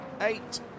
eight